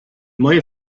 moje